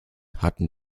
hatten